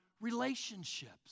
relationships